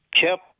kept